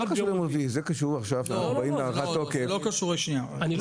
זה לא קשור ליום רביעי.